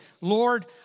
Lord